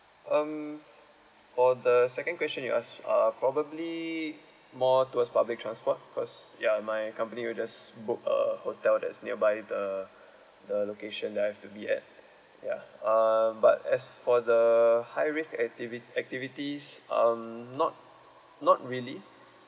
um f~ for the second question you ask uh probably more towards public transport because ya my company will just book a hotel that's nearby the the location that I have to be at ya uh but as for the high risk activi~ activities um not not really